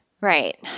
Right